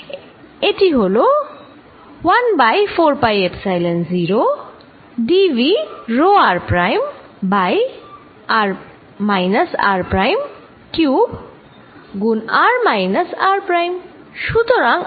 এটি হল 1 by 4 pi epsilon 0 dv rho r prime by r minus r prime cube গুন r minus r prime